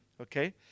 Okay